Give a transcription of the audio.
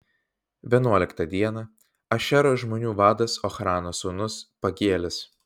vienuoliktą dieną ašero žmonių vadas ochrano sūnus pagielis